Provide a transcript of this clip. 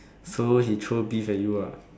so he throw bees at you ah